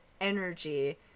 energy